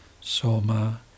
soma